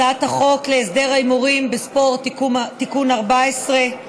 הצעת חוק להסדר ההימורים בספורט (תיקון מס' 14)